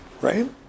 right